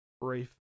brief